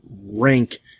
rank